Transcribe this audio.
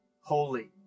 Holy